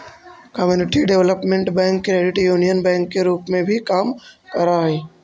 community development bank credit union bank के रूप में भी काम करऽ हइ